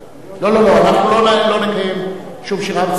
לא נקיים שום שירה בציבור.